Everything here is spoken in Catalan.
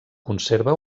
conserva